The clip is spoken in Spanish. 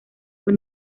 fue